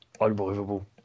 unbelievable